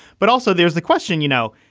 but also, there's the question, you know,